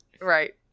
Right